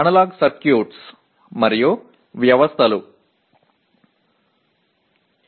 analogue சுற்றுகள் மற்றும் அமைப்புகள்